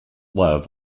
love